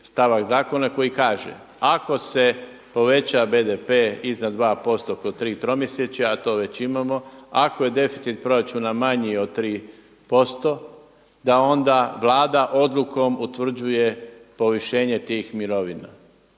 stavak zakona koji kaže, ako se poveća BDP iznad 2% kroz tri tromjesečja, a to već imamo, ako je deficit proračuna manji od 3% da onda Vlada odlukom utvrđuje povišenje tih mirovina.